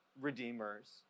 redeemers